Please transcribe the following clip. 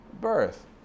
birth